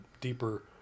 deeper